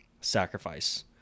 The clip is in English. sacrifice